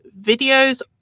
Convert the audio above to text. videos